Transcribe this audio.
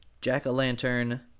Jack-O-Lantern